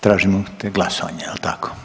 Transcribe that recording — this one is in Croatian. Tražite glasovanje jel tako?